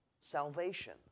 salvation